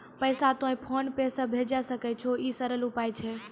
पैसा तोय फोन पे से भैजै सकै छौ? ई सरल उपाय छै?